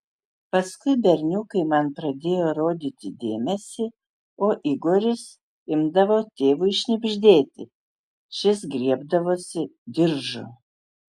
paskui berniukai man pradėjo rodyti dėmesį o igoris imdavo tėvui šnibždėti šis griebdavosi diržo